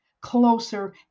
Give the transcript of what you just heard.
closer